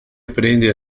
aprende